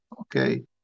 okay